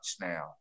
now